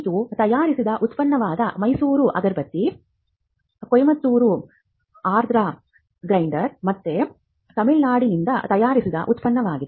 ಇದು ತಯಾರಿಸಿದ ಉತ್ಪನ್ನವಾದ ಮೈಸೂರು ಅಗರಬತಿ ಕೊಯಮತ್ತೂರು ಆರ್ದ್ರ ಗ್ರೈಂಡರ್ ಮತ್ತೆ ತಮಿಳುನಾಡಿನಿಂದ ತಯಾರಿಸಿದ ಉತ್ಪನ್ನವಾಗಿದೆ